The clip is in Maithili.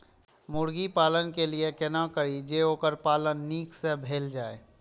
मुर्गी पालन के लिए केना करी जे वोकर पालन नीक से भेल जाय?